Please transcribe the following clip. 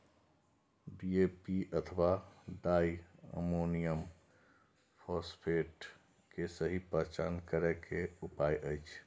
DAP अथवा di ammonium phosphate के सहि पहचान करे के कि उपाय अछि?